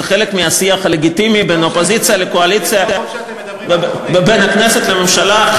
זה חלק מהשיח הלגיטימי בין האופוזיציה לקואליציה ובין הכנסת לממשלה.